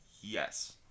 yes